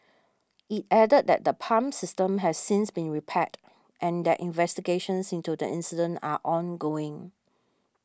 it added that the pump system has since been repaired and that investigations into the incident are ongoing